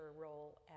role